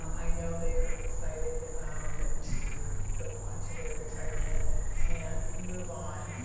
um i know they're excited um to go on to their retirement and move on,